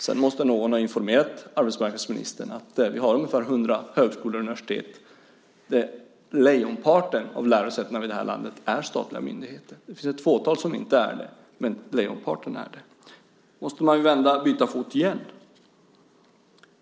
Sedan måste någon ha informerat arbetsmarknadsministern om att vi har ungefär hundra högskolor och universitet i landet och att lejonparten av dessa lärosäten är statliga myndigheter. Det finns ett fåtal som inte är det, men lejonparten är det. Då måste man byta fot igen.